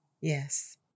yes